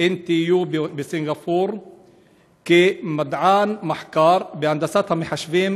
NTU בסינגפור כמדען מחקר בהנדסת המחשבים,